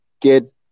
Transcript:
get